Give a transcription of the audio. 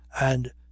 and